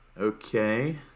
Okay